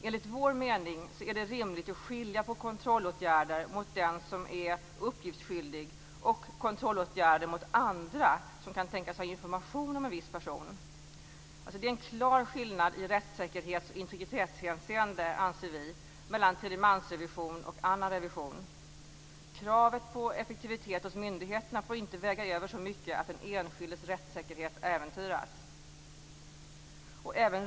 Enligt vår mening är det rimligt att skilja på kontrollåtgärder mot den som är uppgiftsskyldig och kontrollåtgärder mot andra som kan tänkas ha information om en viss person. Det är en klar skillnad i rättssäkerhets och integritetshänseende mellan tredjemansrevision och annan revision. Kravet på effektivitet hos myndigheterna får inte väga över så mycket att den enskildes rättssäkerhet äventyras.